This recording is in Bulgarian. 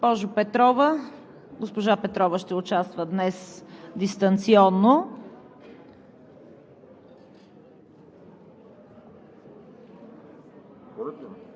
Госпожа Петрова ще участва днес дистанционно.